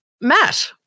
Matt